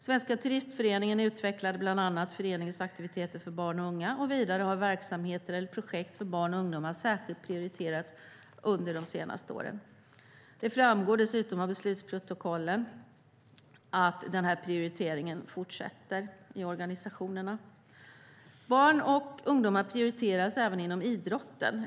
Svenska Turistföreningen utvecklade bland annat föreningens aktiviteter för barn och unga. Vidare har verksamheter eller projekt för barn och ungdomar särskilt prioriterats under de senaste åren. Det framgår dessutom av beslutsprotokollen att prioriteringen fortsätter i organisationerna. Barn och ungdomar prioriteras även inom idrotten.